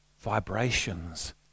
vibrations